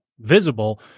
visible –